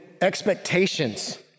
expectations